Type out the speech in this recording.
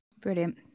Brilliant